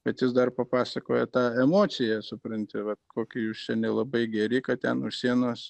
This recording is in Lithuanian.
bet jis dar papasakoja tą emociją supranti vat kokie jūs čia nelabai geri kad ten už sienos